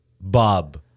Bob